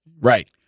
Right